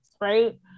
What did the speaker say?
right